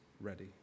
ready